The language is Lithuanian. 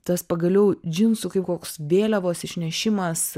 tas pagaliau džinsų kaip koks vėliavos išnešimas